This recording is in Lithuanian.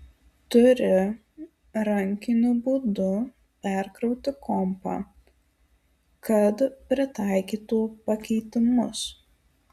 turi rankiniu būdu perkrauti kompą kad pritaikytų pakeitimus